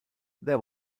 there